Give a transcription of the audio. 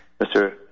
Mr